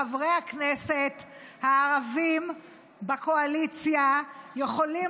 למה חברי הכנסת הערבים בקואליציה יכולים